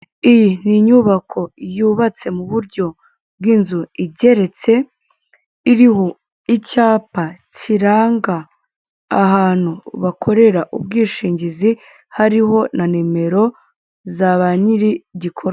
Iyi n'inyubako y'ubatse mu buryo bw'inzu igeretse iriho icyapa kiranga ahantu bakorera ubwishingizi hariho na nimero za banyirigikorwa.